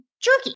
jerky